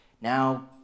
Now